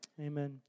Amen